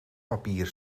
papier